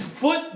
foot